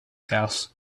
house